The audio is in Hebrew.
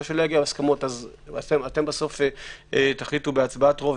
על מה שלא נסכים, אתם תחליטו בהצבעת רוב.